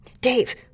Dave